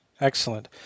excellent